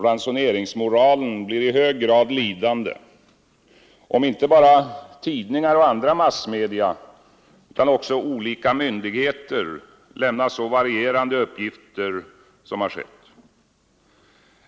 ”Ransoneringsmoralen” blir i hög grad lidande, om inte bara tidningar och andra massmedia utan också olika myndigheter lämnar så varierande uppgifter som har skett.